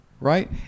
right